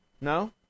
No